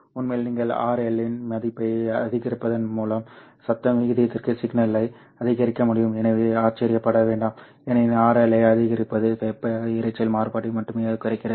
உண்மையில் நீங்கள் RL இன் மதிப்பை அதிகரிப்பதன் மூலம் சத்தம் விகிதத்திற்கு சிக்னலை அதிகரிக்க முடியும் எனவே ஆச்சரியப்பட வேண்டாம் ஏனெனில் RL ஐ அதிகரிப்பது வெப்ப இரைச்சல் மாறுபாட்டை மட்டுமே குறைக்கிறது